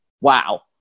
Wow